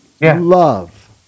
Love